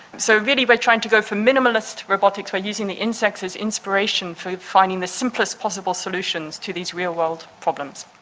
so really we're trying to go for minimalist robotics, we're using the insects as inspiration for finding the simplest possible solutions to these real-world problems.